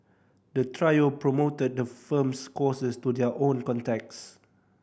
the trio promoted the firm's courses to their own contacts